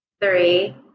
three